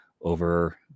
over